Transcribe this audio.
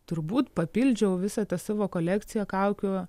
turbūt papildžiau visą tą savo kolekciją kaukių